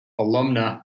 alumna